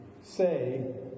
say